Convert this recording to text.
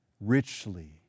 richly